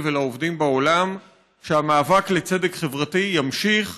ולעובדים בעולם שהמאבק לצדק חברתי יימשך,